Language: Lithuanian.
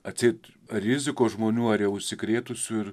atseit rizikos žmonių ar užsikrėtusių ir